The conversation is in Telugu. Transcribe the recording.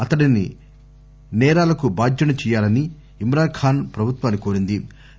అతడిని సేరాలకు బాధ్యుడ్సి చేయాలని ఇమ్రాన్ ఖాన్ ప్రభుత్వాన్ని కోరింది